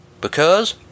Because